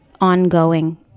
ongoing